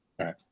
Right